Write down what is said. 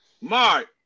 Mark